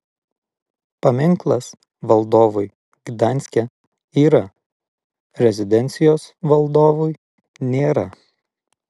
paminklas valdovui gdanske yra rezidencijos valdovui nėra